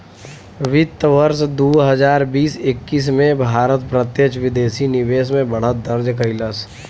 वित्त वर्ष दू हजार बीस एक्कीस में भारत प्रत्यक्ष विदेशी निवेश में बढ़त दर्ज कइलस